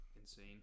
insane